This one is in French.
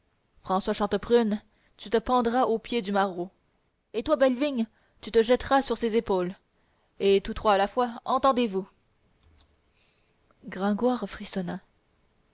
françois chante prune tu te pendras aux pieds du maraud et toi bellevigne tu te jetteras sur ses épaules et tous trois à la fois entendez-vous gringoire frissonna